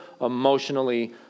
emotionally